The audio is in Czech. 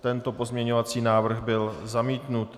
Tento pozměňovací návrh byl zamítnut.